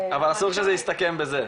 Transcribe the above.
אסור שזה יסתכם בזה.